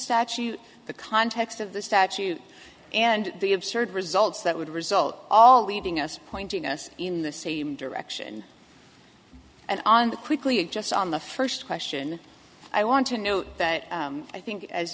statute the context of the statute and the absurd results that would result all leaving us pointing us in the same direction and on the quickly just on the first question i want to know that i think as